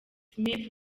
smith